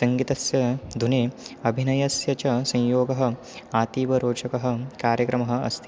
सङ्गितस्य ध्वनेः अभिनयस्य च संयोगः अतीव रोचकः कार्यक्रमः अस्ति